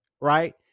Right